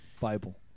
Bible